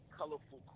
colorful